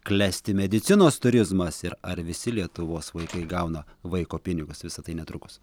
klesti medicinos turizmas ir ar visi lietuvos vaikai gauna vaiko pinigus visa tai netrukus